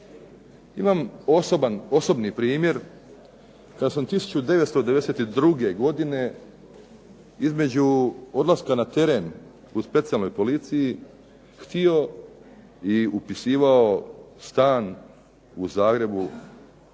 Imamo osobni primjer kada sam 1992. godine između odlaska na teren u Specijalnoj policiji htio i upisivao stan u Zagrebu,